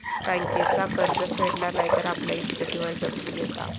बँकेचा कर्ज फेडला नाय तर आपल्या इस्टेटीवर जप्ती येता